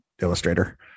illustrator